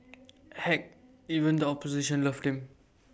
heck even the opposition loved him